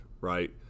right